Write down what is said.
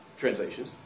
translations